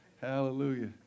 Hallelujah